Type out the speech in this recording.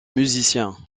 musiciens